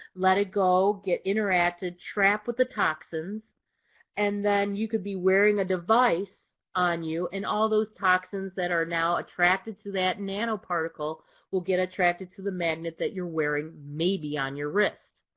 let it go, interact, ah trap with the toxins and then you can be wearing a device on you and all those toxins that are now attracted to that nanoparticle will get attracted to the magnet that you're wearing maybe on your wrist.